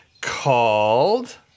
called